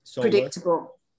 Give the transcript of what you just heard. predictable